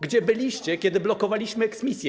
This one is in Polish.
Gdzie byliście, kiedy blokowaliśmy eksmisje?